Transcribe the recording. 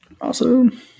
Awesome